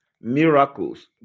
Miracles